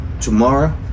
tomorrow